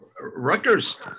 Rutgers